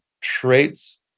traits